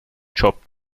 jobbt